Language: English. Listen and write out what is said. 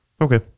Okay